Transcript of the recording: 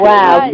Wow